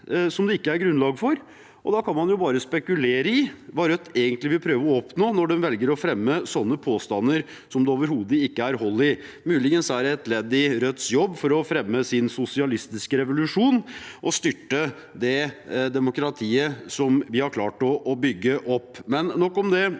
som det ikke er grunnlag for. Da kan man jo bare spekulere i hva Rødt egentlig vil prøve å oppnå når de velger å fremme sånne påstander som det overhodet ikke er hold i. Det er muligens et ledd i Rødts jobb for å fremme sin sosialistiske revolusjon og styrte det demokratiet vi har klart å bygge opp, men nok om det.